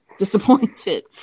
Disappointed